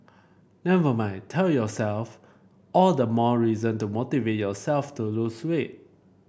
never mind tell yourself all the more reason to motivate yourself to lose weight